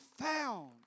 found